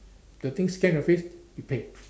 the thing scan your face you pay